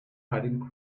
hiding